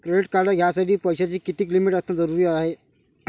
Credit card घ्यासाठी पैशाची कितीक लिमिट असनं जरुरीच हाय?